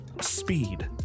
Speed